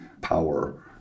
power